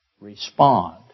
respond